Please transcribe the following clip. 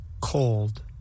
Cold